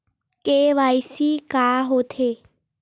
KYC का होथे?